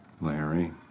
Larry